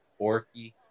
Orky